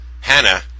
Hannah